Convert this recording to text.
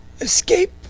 escape